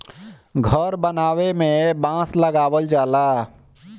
घर बनावे में बांस लगावल जाला